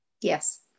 Yes